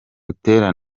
butera